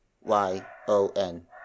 Y-O-N